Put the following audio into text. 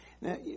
Now